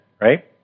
Right